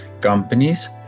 companies